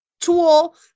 tool